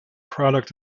product